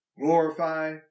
glorify